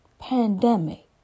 pandemic